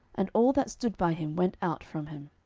and all that stood by him went out from him.